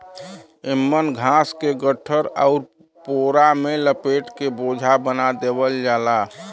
एमन घास के गट्ठर आउर पोरा में लपेट के बोझा बना देवल जाला